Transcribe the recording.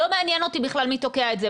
לא מעניין אותי בכלל מי תוקע את זה,